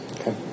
Okay